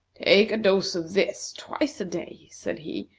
take a dose of this twice a day, said he,